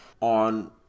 on